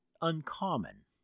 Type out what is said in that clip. uncommon